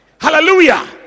Hallelujah